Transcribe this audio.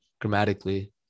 grammatically